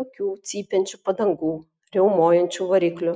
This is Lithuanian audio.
jokių cypiančių padangų riaumojančių variklių